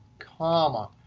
comma.